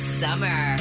summer